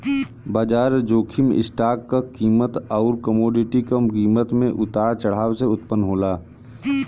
बाजार जोखिम स्टॉक क कीमत आउर कमोडिटी क कीमत में उतार चढ़ाव से उत्पन्न होला